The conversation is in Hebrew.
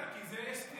לא, בסדר, כי יש סתירה.